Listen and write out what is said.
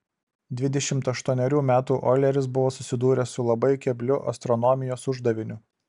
dvidešimt aštuonerių metų oileris buvo susidūręs su labai kebliu astronomijos uždaviniu